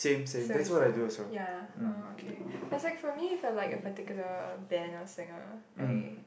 so it's the ya oh okay but like for me it's like particular band or singer lay